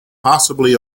possibly